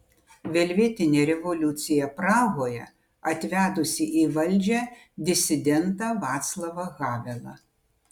velvetinė revoliucija prahoje atvedusi į valdžią disidentą vaclavą havelą